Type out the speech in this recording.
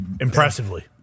Impressively